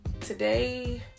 today